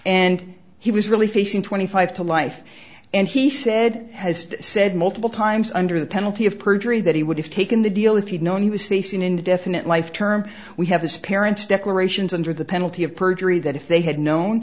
and he was really facing twenty five to life and he said has said multiple times under the penalty of perjury that he would have taken the deal if he'd known he was facing indefinite life term we have his parents declarations under the penalty of perjury that if they had known